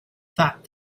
thought